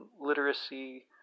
literacy